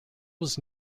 was